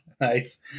Nice